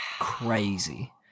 crazy